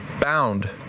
Bound